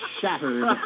shattered